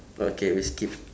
okay we skip